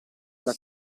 alla